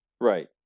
right